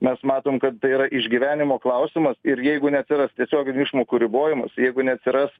mes matom kad tai yra išgyvenimo klausimas ir jeigu neatsiras tiesioginių išmokų ribojimas jeigu neatsiras